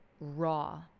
Raw